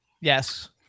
Yes